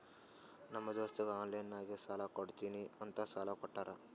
ನಮ್ ದೋಸ್ತಗ ಆನ್ಲೈನ್ ನಾಗೆ ಸಾಲಾ ಕೊಡ್ತೀನಿ ಅಂತ ಸಾಲಾ ಕೋಟ್ಟಾರ್